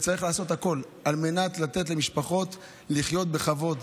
צריך לעשות הכול על מנת לתת למשפחות לחיות בכבוד,